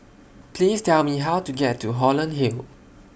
Please Tell Me How to get to Holland Hill